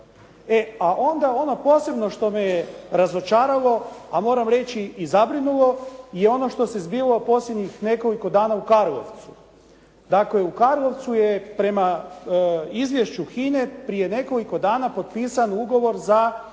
a onda ono posebno što me je razočarao, a moram reći i zabrinulo i ono što se zbivalo posljednjih nekoliko dana u Karlovcu. Dakle, u Karlovcu je prema izvješću HINA-e, prije nekoliko dana potpisan ugovor za